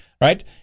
Right